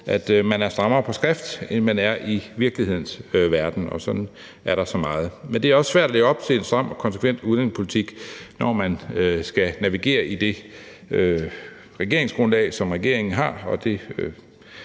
at man er strammere på skrift, end man er i virkelighedens verden. Og sådan er der så meget. Men det er også svært at leve op til en stram og konsekvent udlændingepolitik, når man skal navigere i det regeringsgrundlag, som regeringen har. Det